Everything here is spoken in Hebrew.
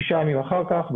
שישה ימים אחר כך,